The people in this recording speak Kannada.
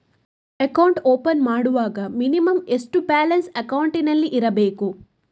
ಅಕೌಂಟ್ ಓಪನ್ ಮಾಡುವಾಗ ಮಿನಿಮಂ ಎಷ್ಟು ಬ್ಯಾಲೆನ್ಸ್ ಅಕೌಂಟಿನಲ್ಲಿ ಇರಬೇಕು?